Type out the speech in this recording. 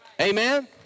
Amen